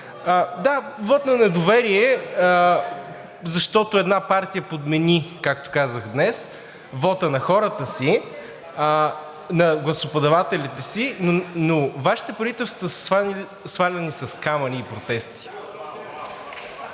Да, вот на недоверие, защото една партия подмени, както казах днес, вота на гласоподавателите си, но Вашите правителства са сваляни с камъни и протести.